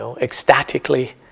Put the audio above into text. ecstatically